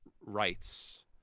rights